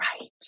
right